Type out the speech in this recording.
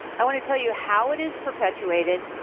i want to tell you how it is perpetuated,